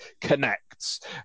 connects